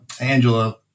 Angela